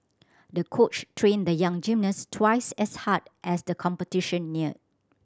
the coach trained the young gymnast twice as hard as the competition neared